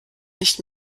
nicht